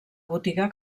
botiga